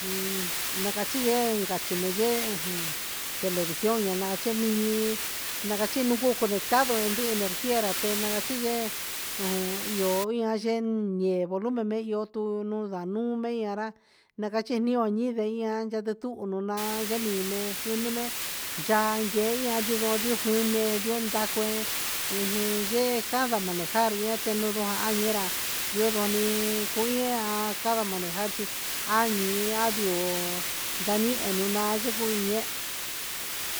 Un nakachien kachimeyen un televicion lñana chemiñi nakachiniunu conetacdo enduu energia tena nachiyee, an ihó iin an yeen ndié de volumen ihó tu nuu ndanu'u men anré nakache nió ñienran yee ndituu nona'a yeemime junumé chan kein ña'a yunun ndió, njune ndion ndakué inyii nde cada manejar ña te nduñujan ña'a ñenra'a ñoo ndonii kueña cada manejar chí añe andi'ó ndanie enduñaxhi kuñe'e.